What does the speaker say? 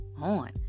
on